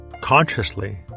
consciously